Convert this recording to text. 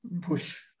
push